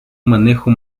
manejo